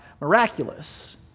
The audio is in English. miraculous